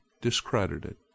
discredited